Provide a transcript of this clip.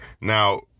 Now